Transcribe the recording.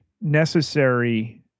necessary